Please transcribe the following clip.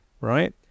right